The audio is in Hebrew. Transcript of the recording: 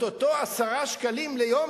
אותם 10 שקלים ליום,